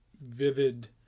vivid